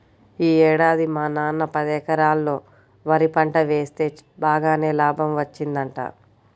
యీ ఏడాది మా నాన్న పదెకరాల్లో వరి పంట వేస్తె బాగానే లాభం వచ్చిందంట